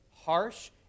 harsh